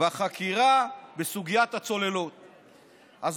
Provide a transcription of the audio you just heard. בחקירה בסוגיית הצוללות יצאה מגנץ מייד אחרי הצוהריים.